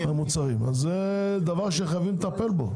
המוצרים, אז זה דבר שחייבים לטפל בו.